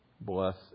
Bless